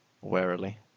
warily